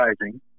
Rising